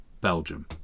Belgium